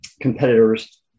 competitors